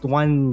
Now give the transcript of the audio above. one